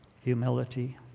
humility